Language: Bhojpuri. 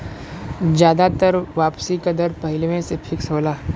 जादातर वापसी का दर पहिलवें से फिक्स होला